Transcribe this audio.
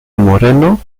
moreno